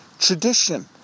tradition